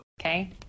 Okay